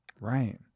Right